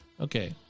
Okay